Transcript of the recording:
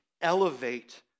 elevate